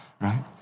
Right